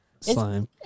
Slime